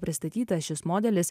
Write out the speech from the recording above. pristatytas šis modelis